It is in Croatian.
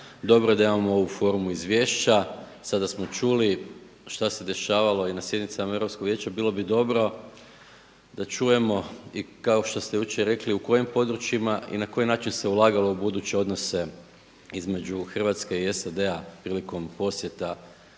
Dobro je da imamo ovu formu izvješća, sada smo čuli što se dešavalo i na sjednicama Europskog vijeća. Bilo bi dobro da čujemo kao što ste jučer rekli u kojim područjima i na koji način se ulagalo u buduće odnose između Hrvatske i SAD-a prilikom posjeta